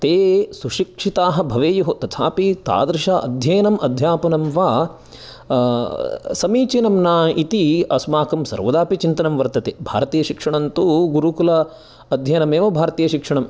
ते सुसिक्षिताः भवेयुः तथापि तादृश अध्ययनं अध्यापनं वा समीचीनं न इति अस्माकं सर्वदापि चिन्तनं वर्तते भारतीय शिक्षणं तु गुरुकुल अध्यनमेव भारतीय शिक्षणम्